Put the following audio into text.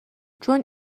چون